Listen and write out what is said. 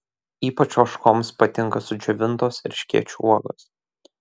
ypač ožkoms patinka sudžiovintos erškėčių uogos